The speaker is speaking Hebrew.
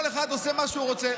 כל אחד עושה מה שהוא רוצה.